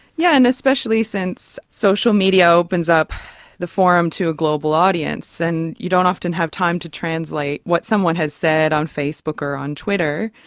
yeah and especially since social media opens up the forum to a global audience, and you don't often have time to translate what someone has said on facebook or on twitter,